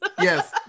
Yes